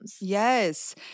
Yes